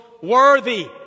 worthy